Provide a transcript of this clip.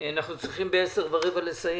צריכים ב-10:15 לסיים.